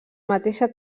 mateixa